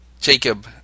Jacob